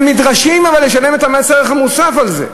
הם נדרשים, אבל, לשלם מס ערך מוסף על זה.